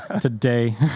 today